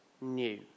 new